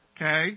Okay